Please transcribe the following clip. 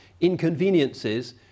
inconveniences